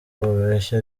babeshya